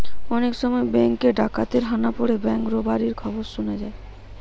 অনেক সময় বেঙ্ক এ ডাকাতের হানা পড়ে ব্যাঙ্ক রোবারির খবর শুনা যায়